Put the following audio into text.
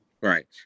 Right